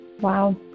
Wow